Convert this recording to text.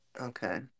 Okay